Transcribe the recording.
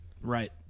Right